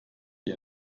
die